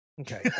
Okay